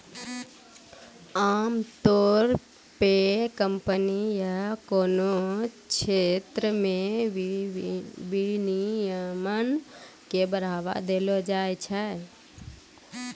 आमतौर पे कम्पनी या कोनो क्षेत्र मे विनियमन के बढ़ावा देलो जाय छै